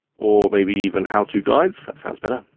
or maybe even how to guides, that sounds better.